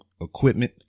equipment